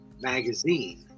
Magazine